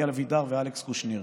אלי אבידר ואלכס קושניר.